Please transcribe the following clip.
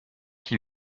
qui